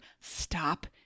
stop